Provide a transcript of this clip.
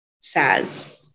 says